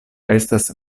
estas